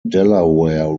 delaware